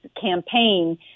campaign